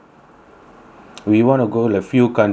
we want to go a few countries actually